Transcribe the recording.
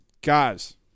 guys